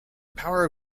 power